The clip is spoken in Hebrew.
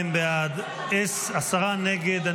92 בעד, עשרה נגד.